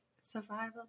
survival